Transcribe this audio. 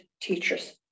teachers